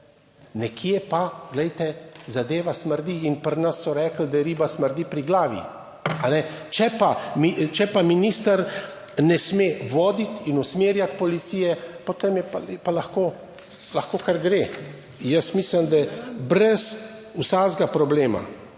nekje pa, glejte, zadeva smrdi in pri nas so rekli, da riba smrdi pri glavi, a ne. Če pa, če pa minister ne sme voditi in usmerjati policije, potem je pa lahko kar gre, jaz mislim, da brez vsakega problema.